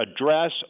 address